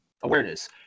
awareness